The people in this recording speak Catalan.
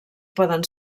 poden